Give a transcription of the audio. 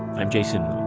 i'm jason